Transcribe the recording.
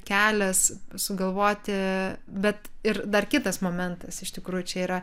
kelias sugalvoti bet ir dar kitas momentas iš tikrųjų čia yra